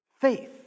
Faith